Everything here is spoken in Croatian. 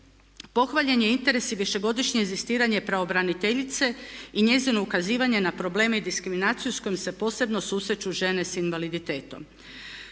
Pohvaljen je interes i višegodišnje inzistiranje pravobraniteljice i njezino ukazivanje na probleme i diskriminaciju s kojom se posebno susreću žene s invaliditetom.